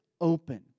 open